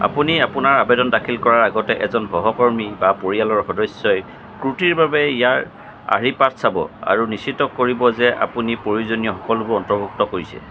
আপুনি আপোনাৰ আৱেদন দাখিল কৰাৰ আগতে এজন সহকৰ্মী বা পৰিয়ালৰ সদস্যই ত্ৰুটিৰ বাবে ইয়াৰ আৰ্হি পাঠ চাব আৰু নিশ্চিত কৰিব যে আপুনি প্ৰয়োজনীয় সকলোবোৰ অন্তৰ্ভুক্ত কৰিছে